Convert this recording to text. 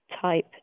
type